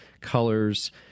colors